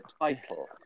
title